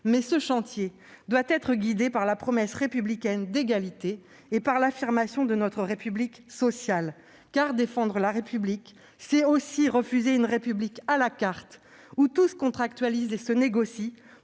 mais ce chantier doit être guidé par la promesse républicaine d'égalité et l'affirmation de notre République sociale. Car défendre la République, c'est aussi refuser une République à la carte, où tout se contractualise et se négocie